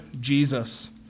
Jesus